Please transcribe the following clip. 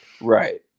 Right